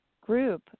group